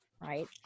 right